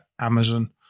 Amazon